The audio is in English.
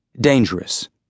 Dangerous